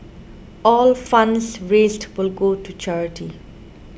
all funds raised will go to charity